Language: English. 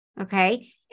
Okay